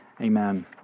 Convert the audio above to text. Amen